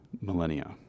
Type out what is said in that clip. millennia